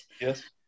yes